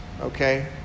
okay